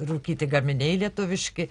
rūkyti gaminiai lietuviški